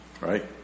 Right